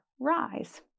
rise